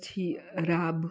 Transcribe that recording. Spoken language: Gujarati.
પછી રાબ